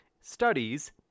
studies